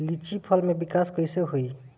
लीची फल में विकास कइसे होई?